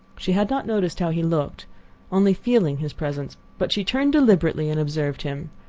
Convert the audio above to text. she had not noticed how he looked only feeling his presence but she turned deliberately and observed him.